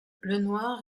lenoir